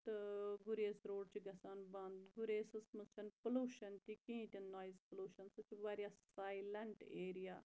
تہٕ گُریز روڑ چھُ گَژھان بَنٛد گُریزَس مَنٛز چھَنہٕ پلوشَن تہِ کِہیٖنۍ نۄیِز پوٚلیوشَن سُہ چھُ واریاہ سایلیٚنٛٹ ایریا